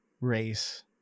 race